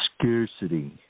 Scarcity